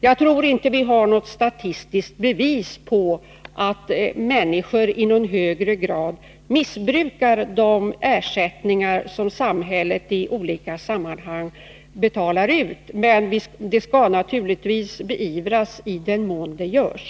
Jag tror inte att vi har något statistiskt bevis på att människor i någon högre grad missbrukar de ersättningar som samhället i olika sammanhang betalar ut. Men i den mån sådant förekommer skall det naturligtvis beivras.